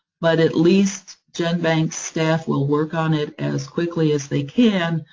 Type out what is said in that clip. but at least genbank's staff will work on it as quickly as they can,